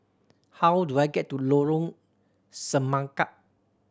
how do I get to Lorong Semangka